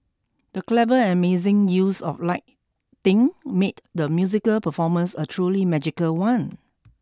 the clever and amazing use of lighting made the musical performance a truly magical one